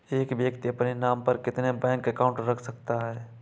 एक व्यक्ति अपने नाम पर कितने बैंक अकाउंट रख सकता है?